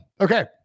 okay